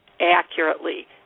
accurately